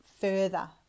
further